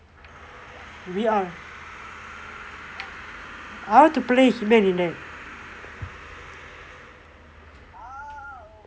V_R I want to play he-man in there